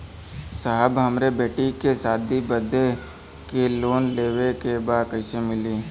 साहब हमरे बेटी के शादी बदे के लोन लेवे के बा कइसे मिलि?